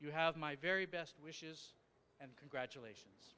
you have my very best wishes and congratulations